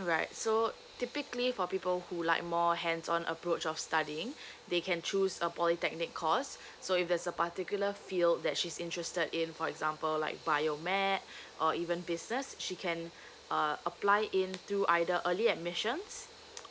alright so typically for people who like more hands on approach of studying they can choose a polytechnic course so if there's a particular field that she's interested in for example like biomed or even business she can uh apply in through either early admissions